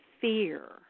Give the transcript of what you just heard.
fear